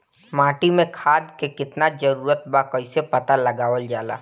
माटी मे खाद के कितना जरूरत बा कइसे पता लगावल जाला?